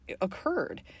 occurred